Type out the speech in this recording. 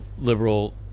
liberal